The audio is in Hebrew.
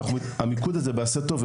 המיקוד הזה ב-״עשה טוב״,